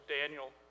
Daniel